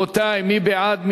רבותי, מי בעד?